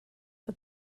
but